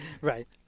Right